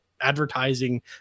advertising